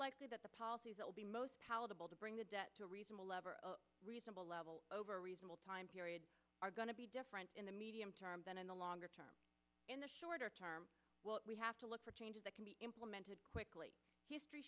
likely that the policies will be most palatable to bring the debt to a reasonable level a reasonable level over a reasonable time period are going to be different in the medium term than in the longer term in the shorter term we have to look for changes that can be implemented quickly history